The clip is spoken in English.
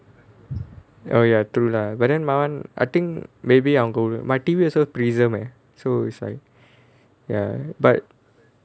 oh ya true lah but then my [one] I think maybe my T_V also Prism leh so it's like ya but